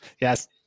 Yes